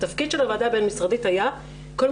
התפקיד של הוועדה הבין משרדית היה קודם